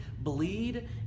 bleed